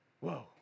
Whoa